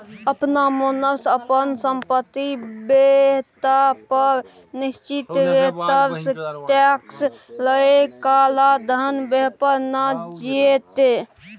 अपना मोनसँ अपन संपत्ति बतेबा पर निश्चित रेटसँ टैक्स लए काला धन बैद्य भ जेतै